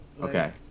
okay